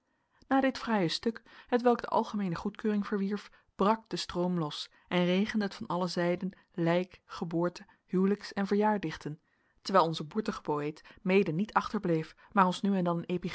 na dit fraaie stuk hetwelk de algemeene goedkeuring verwierf brak de stroom los en regende het van alle zijden lijk geboorte huwelijksen verjaardichten terwijl onze boertige poëet mede niet achterbleef maar ons nu en dan